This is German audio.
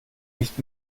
nicht